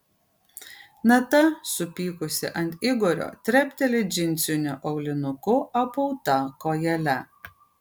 nata supykusi ant igorio trepteli džinsiniu aulinuku apauta kojele